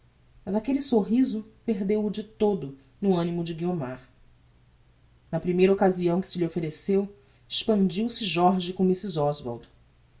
mas aquelle sorriso perdeu o de todo no animo de guiomar na primeira occasião que se lhe offereceu expandiu se jorge com mrs oswald